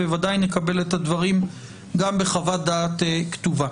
וודאי נקבל את הדברים גם בחוות דעת כתובה.